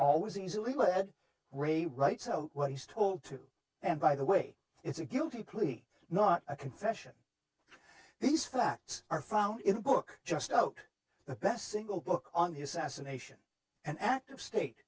always easily led ray right so what he's told to and by the way it's a guilty plea not a confession these facts are found in a book just out the best single book on the assassination and at state